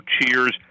cheers